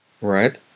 Right